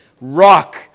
Rock